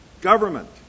Government